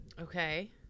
Okay